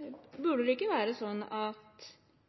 det burde være slik at det er behovet for tolk som skal være